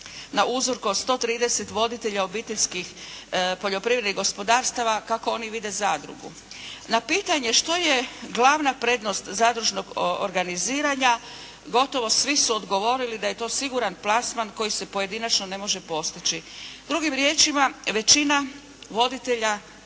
na uzorku od 130 voditelja obiteljskih poljoprivrednih gospodarstava kako oni vide zadrugu. Na pitanje što je glavna prednost zadružnog organiziranja gotovo svi su odgovorili da je to siguran plasman koji se pojedinačno ne može postići. Drugim riječima većina voditelja